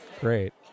Great